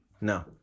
No